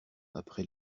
après